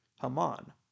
Haman